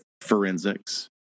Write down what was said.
forensics